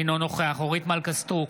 אינו נוכח אורית מלכה סטרוק,